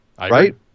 right